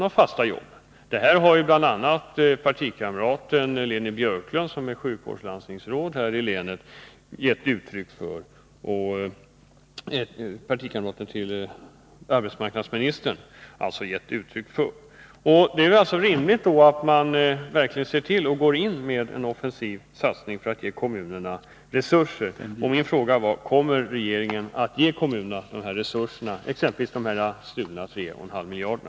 a. partikamraten till arbetsmarknadsministern Leni Björklund, som är sjukvårdslandstingsråd här i länet, har gett uttryck för detta. Det är alltså rimligt att man verkligen går in med en offensiv satsning för att ge kommunerna resurser. Min fråga var: Kommer regeringen att ge kommunerna de här resurserna, exempelvis de stulna 3,5 miljarderna?